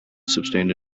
sustained